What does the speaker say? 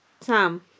Sam